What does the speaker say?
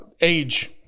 age